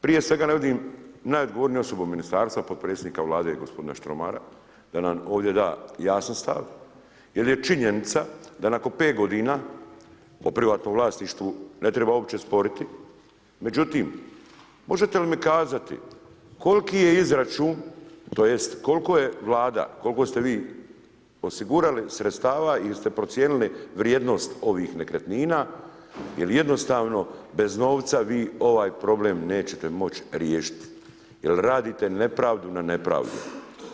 Prije svega ne vidim najodgovorniju osobu u ministarstvu, potpredsjednika Vlade gospodina Štromara, da nam ovdje da jasan stav jer je činjenica da nakon 5 godina, o privatnom vlasništvu ne treba uopće sporiti, međutim, možete li mi kazati koliki je izračun, tj. koliko je Vlada, koliko ste vi osigurali sredstava i jeste li procijenili vrijednost ovih nekretnina jer jednostavno bez novca vi ovaj problem neće moći riješiti jer radite nepravdu na nepravdom.